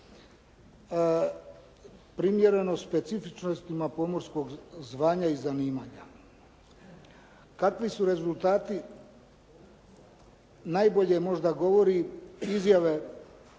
primjereno specifičnostima pomorskog zvanja i zanimanja. Kakvi su rezultati najbolje možda govori izjave